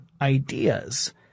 ideas